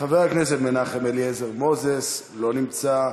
חבר הכנסת מנחם אליעזר מוזס, לא נמצא,